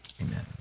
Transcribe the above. Amen